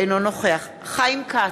אינו נוכח חיים כץ,